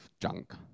junk